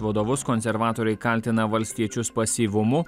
vadovus konservatoriai kaltina valstiečius pasyvumu